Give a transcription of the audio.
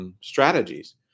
strategies